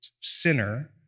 sinner